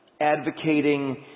advocating